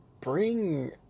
bring